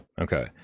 okay